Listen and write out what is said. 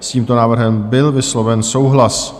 S tímto návrhem byl vysloven souhlas.